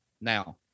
Now